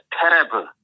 terrible